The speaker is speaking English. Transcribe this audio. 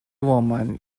woman